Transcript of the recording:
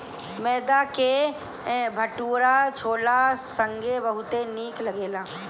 मैदा के भटूरा छोला संगे बहुते निक लगेला